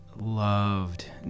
Loved